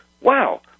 wow